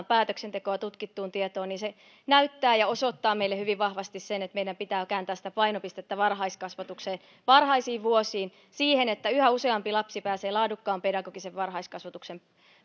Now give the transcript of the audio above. päätöksentekoa tutkittuun tietoon niin se näyttää ja osoittaa meille hyvin vahvasti sen että meidän pitää kääntää sitä painopistettä varhaiskasvatukseen varhaisiin vuosiin siihen että yhä useampi lapsi pääsee laadukkaan pedagogisen varhaiskasvatuksen